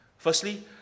Firstly